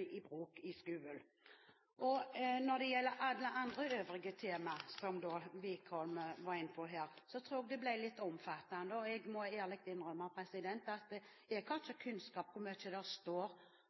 i bruk i skolen. Når det gjelder alle de andre temaene som Wickholm var inne på her, tror jeg også det ble litt omfattende. Jeg må ærlig innrømme at jeg ikke har kunnskap om hvor mye som står